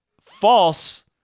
false